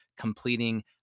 completing